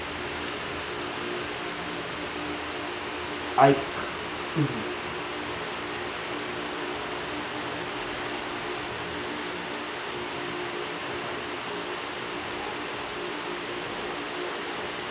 I mm